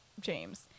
James